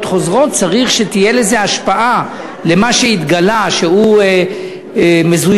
חוזרות צריך שתהיה השפעה למה שהתגלה שהוא מזויף,